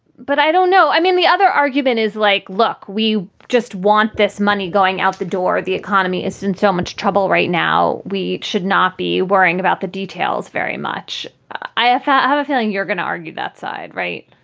but i don't know. i mean, the other argument is like, look, we just want this money going out the door. the economy is in so much trouble right now. we should not be worrying about the details very much. i ah have a feeling you're going to argue that side, right?